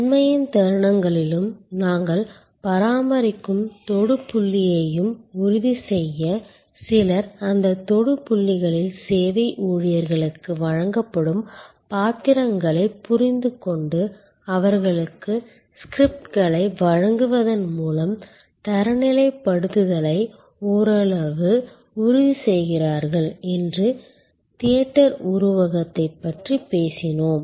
உண்மையின் தருணங்களிலும் நாங்கள் பராமரிக்கும் தொடு புள்ளியையும் உறுதிசெய்ய சிலர் அந்தத் தொடு புள்ளிகளில் சேவை ஊழியர்களுக்கு வழங்கப்படும் பாத்திரங்களைப் புரிந்துகொண்டு அவர்களுக்கு ஸ்கிரிப்ட்களை வழங்குவதன் மூலம் தரநிலைப்படுத்தலை ஓரளவு உறுதிசெய்கிறார்கள் என்று தியேட்டர் உருவகத்தைப் பற்றி பேசினோம்